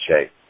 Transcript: shape